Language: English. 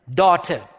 daughter